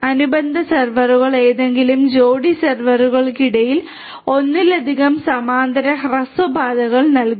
അനുബന്ധ സെർവറുകൾ ഏതെങ്കിലും ജോടി സെർവറുകൾക്കിടയിൽ ഒന്നിലധികം സമാന്തര ഹ്രസ്വ പാതകൾ നൽകുന്നു